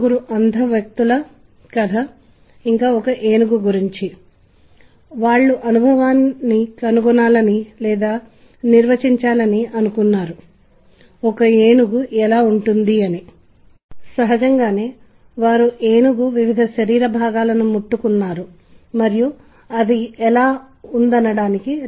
నిర్దిష్ట పద్ధతిలో ప్రత్యామ్నాయంగా ధ్వని మరియు నిశ్శబ్దం యొక్క అమరిక అది నిర్దిష్ట పరికరం యొక్క నిశ్శబ్దానికి వ్యతిరేకంగా నిర్దిష్ట పరికరం యొక్క ధ్వని